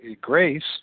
grace